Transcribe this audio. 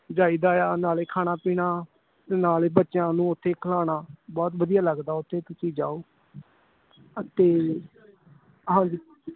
ਜਾਈਦਾ ਆ ਨਾਲ ਖਾਣਾ ਪੀਣਾ ਅਤੇ ਨਾਲੇ ਬੱਚਿਆਂ ਨੂੰ ਉੱਥੇ ਖਲਾਉਣਾ ਬਹੁਤ ਵਧੀਆ ਲੱਗਦਾ ਉੱਥੇ ਤੁਸੀਂ ਜਾਓ ਅਤੇ ਹਾਂਜੀ